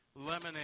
lemonade